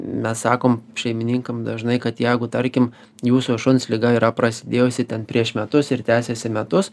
mes sakom šeimininkam dažnai kad jeigu tarkim jūsų šuns liga yra prasidėjusi ten prieš metus ir tęsiasi metus